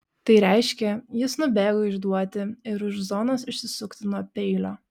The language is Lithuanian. tai reiškė jis nubėgo išduoti ir už zonos išsisukti nuo peilio